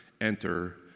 enter